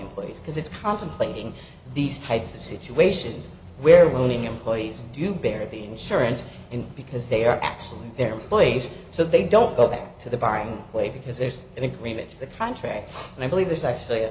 employees because it's contemplating these types of situations where owning employees do bear the insurance and because they are actually their employees so they don't go back to the bar and play because there's an agreement for the contract and i believe there's actually